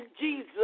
Jesus